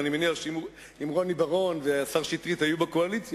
ואני מניח שאם רוני בר-און ומאיר שטרית היו בקואליציה